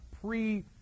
pre-